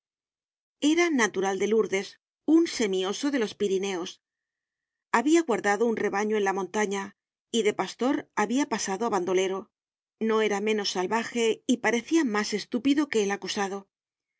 era natural de lourdes un semi oso de los pirineos habia guardado un rebaño en la montaña yde pastor habia pasado á bandolero no era menos salvaje y parecia mas estúpido que el acusado